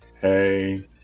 hey